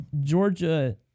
Georgia